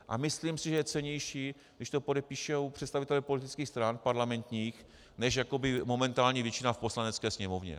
A myslím si, že je cennější, když to podepíšou představitelé politických parlamentních stran, než jakoby momentálně většina v Poslanecké sněmovně.